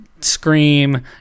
scream